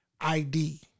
ID